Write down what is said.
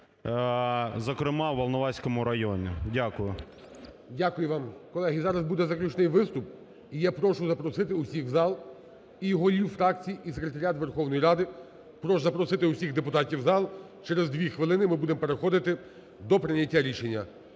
зокрема у Волноваському районі. Дякую. ГОЛОВУЮЧИЙ. Дякую вам. Колеги, зараз буде заключний виступ, і я прошу запросити усіх в зал. І голів фракцій, і секретаріат Верховної Ради прошу запросити усіх депутатів в зал, через дві хвилини ми будемо переходити до прийняття рішення.